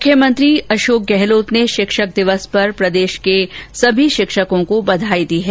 मुख्यमंत्री अशोक गहलोत ने शिक्षक दिवस पर प्रदेश के सभी शिक्षकों को बधाई दी है